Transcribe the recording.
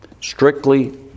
Strictly